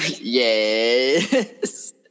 yes